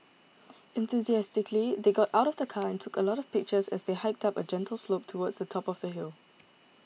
enthusiastically they got out of the car and took a lot of pictures as they hiked up a gentle slope towards the top of the hill